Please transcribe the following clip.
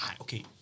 okay